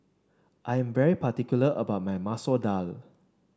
I am very particular about my Masoor Dal